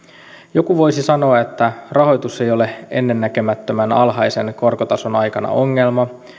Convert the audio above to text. joku voisi sanoa että rahoitus ei ole ennennäkemättömän alhaisen korkotason aikana ongelma